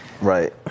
Right